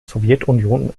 sowjetunion